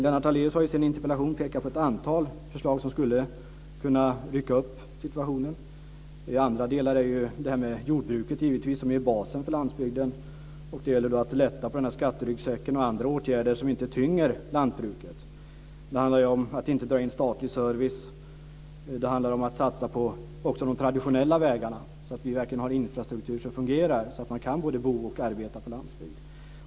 Lennart Daléus pekar i sin interpellation på ett antal förslag som skulle kunna medverka till en uppryckning av situationen. Jordbruket är givetvis basen för landsbygden men det gäller att lätta på skatteryggsäcken - det gäller också andra åtgärder - för att inte tynga lantbruket. Det handlar då om att inte dra in statlig service och om att satsa också på de traditionella vägarna så att vi verkligen har en infrastruktur som fungerar; detta för att kunna både bo och arbeta på landsbygden.